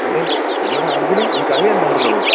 hello hello എടാ ആൽബിനെ നീ കളി കണ്ടായിരുന്നുവോ